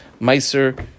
Meiser